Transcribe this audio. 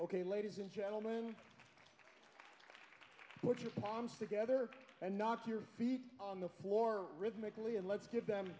ok ladies and gentlemen put your palms together and knock your feet on the floor rhythmically and let's give them